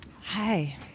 Hi